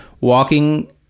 walking